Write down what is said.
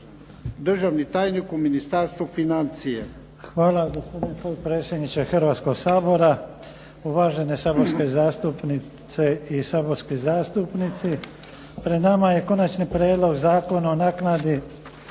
državni tajnik u Ministarstvu financija.